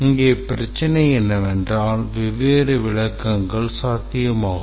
இங்கே பிரச்சனை என்னவென்றால் வெவ்வேறு விளக்கங்கள் சாத்தியமாகும்